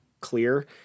Clear